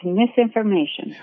misinformation